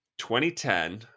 2010